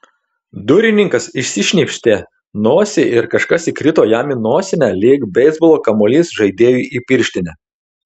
durininkas išsišnypštė nosį ir kažkas įkrito jam į nosinę lyg beisbolo kamuolys žaidėjui į pirštinę